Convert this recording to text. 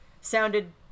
sounded